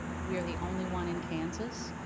we are the only one in kansas.